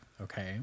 okay